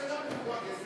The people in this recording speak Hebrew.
מפלגת העבודה,